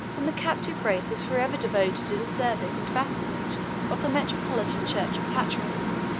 and the captive race was forever devoted to the service and vassalage of the metropolitan church of patras.